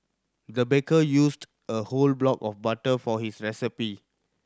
the baker used a whole block of butter for this recipe